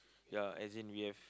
ya as in we have